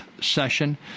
session